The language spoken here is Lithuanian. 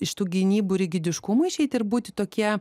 iš tų gynybų rigidiškumo išeiti ir būti tokie